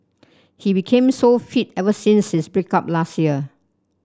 he became so fit ever since his break up last year